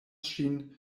ŝin